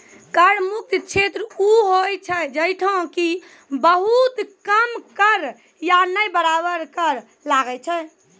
कर मुक्त क्षेत्र उ होय छै जैठां कि बहुत कम कर या नै बराबर कर लागै छै